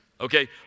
okay